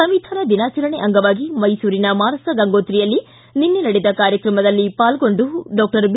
ಸಂವಿಧಾನ ದಿನಾಚರಣೆ ಅಂಗವಾಗಿ ಮೈಸೂರಿನ ಮಾನಸ ಗಂಗೋತ್ರಿಯಲ್ಲಿ ನಿನ್ನೆ ನಡೆದ ಕಾರ್ಯಕ್ರಮದಲ್ಲಿ ಪಾಲ್ಗೊಂಡು ಡಾಕ್ಟರ್ ಬಿ